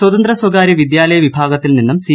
സാത്രി്ത് സ്ഥകാര്യ വിദ്യാലയ വിഭാഗത്തിൽ നിന്നും സി